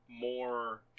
more